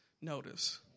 notice